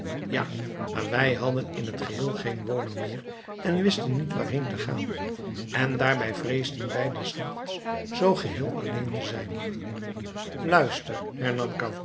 ja maar wij hadden in t geheel geen woning meer en wisten niet waarheen te gaan en daarbij vreesden wij des nachts zoo geheel alleen te zijn luister hernam